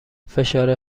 فشار